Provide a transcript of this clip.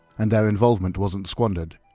and their involvement wasn't squandered.